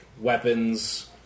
weapons